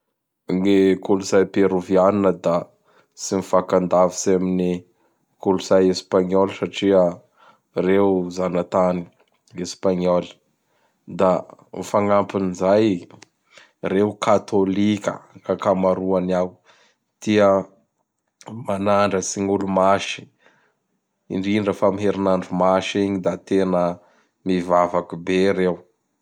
Gny kolotsay Perovianina da tsy mifakandavitsy amin'ny kolotsay Espagnole satria reo zanatany Espagnoly. Da gn fagnampin'izay, reo Katôlika gn'akamaroany ao. Tia manandratsy gn'olo Masy. Indrindra fa am herinandro Masy igny da tena mivavaky be reo.